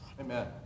Amen